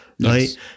right